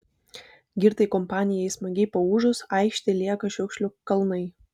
girtai kompanijai smagiai paūžus aikštėj lieka šiukšlių kalnai